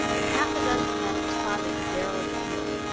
and half a dozen men responded to darrell's appeal.